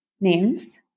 names